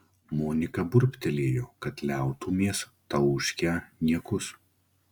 monika burbtelėjo kad liautumės tauškę niekus